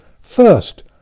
First